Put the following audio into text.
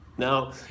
Now